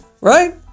Right